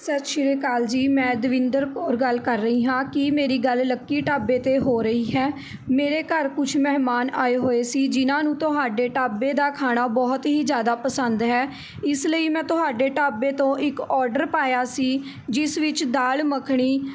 ਸਤਿ ਸ਼੍ਰੀ ਆਕਾਲ ਜੀ ਮੈਂ ਦਵਿੰਦਰ ਕੌਰ ਗੱਲ ਕਰ ਰਹੀ ਹਾਂ ਕੀ ਮੇਰੀ ਗੱਲ ਲੱਕੀ ਢਾਬੇ 'ਤੇ ਹੋ ਰਹੀ ਹੈ ਮੇਰੇ ਘਰ ਕੁਝ ਮਹਿਮਾਨ ਆਏ ਹੋਏ ਸੀ ਜਿਨ੍ਹਾਂ ਨੂੰ ਤੁਹਾਡੇ ਢਾਬੇ ਦਾ ਖਾਣਾ ਬਹੁਤ ਹੀ ਜ਼ਿਆਦਾ ਪਸੰਦ ਹੈ ਇਸ ਲਈ ਮੈਂ ਤੁਹਾਡੇ ਢਾਬੇ ਤੋਂ ਇੱਕ ਔਡਰ ਪਾਇਆ ਸੀ ਜਿਸ ਵਿੱਚ ਦਾਲ਼ ਮੱਖਣੀ